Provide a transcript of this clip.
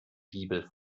bibel